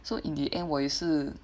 so in the end 我也是